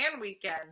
weekend